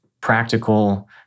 practical